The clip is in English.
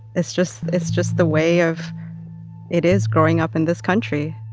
it's just it's just the way of it is growing up in this country